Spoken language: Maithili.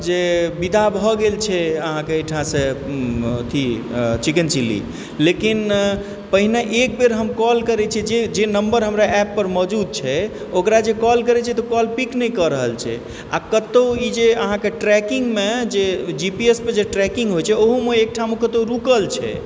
जे विदा भऽ गेल छै अहाँकेँ अइठासँ अथी चिकेन चिली लेकिन पहिने एकबेर हम कॉल करै छी जे जे नम्बर हमरा ऐप पर मौजूद छै ओकरा जे कॉल करै छियै तऽ कॉल पिक नहि कऽ रहल छै आ कतौ ई जे अहाँकेँ ट्रैकिंगमे जे जी पी एस पे जे ट्रैकिंग होइ छै ओहोमे एकठाम कतहुँ रुकल छै